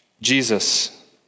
Jesus